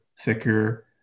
thicker